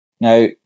Now